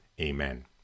Amen